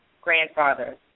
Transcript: grandfather